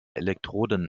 elektroden